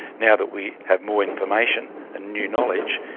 now that we have more information and new knowledge,